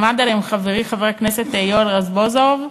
עמד עליהם חברי חבר הכנסת יואל רזבוזוב.